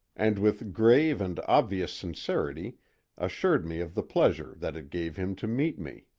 and with grave and obvious sincerity assured me of the pleasure that it gave him to meet me.